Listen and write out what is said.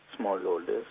smallholders